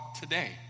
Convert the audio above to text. today